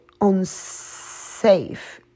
unsafe